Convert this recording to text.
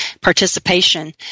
participation